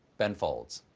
ben folds.